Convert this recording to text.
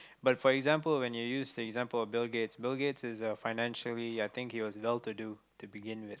but for example when you use the example of Bill-Gates Bill-Gates is uh financially I think he was well to do to begin with